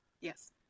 Yes